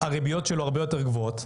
הריביות שלו הרבה יותר גבוהות.